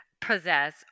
possess